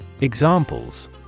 Examples